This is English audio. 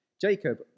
Jacob